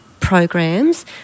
Programs